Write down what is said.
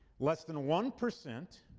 less than one percent,